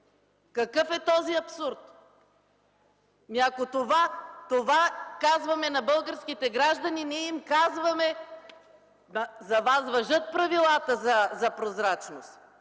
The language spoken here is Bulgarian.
Какъв е този абсурд? Ако това казваме на българските граждани, ние им казваме: „За вас важат правилата за прозрачност,